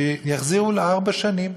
שיחזירו לארבע שנים.